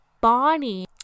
Bonnie